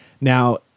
now